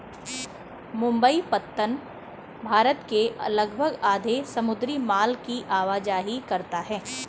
मुंबई पत्तन भारत के लगभग आधे समुद्री माल की आवाजाही करता है